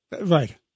Right